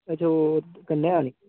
अच्छा ओह् कन्नै आह्नी